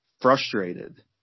frustrated